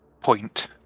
point